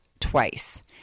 twice